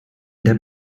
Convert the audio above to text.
der